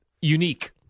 unique